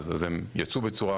הם יצאו בצורה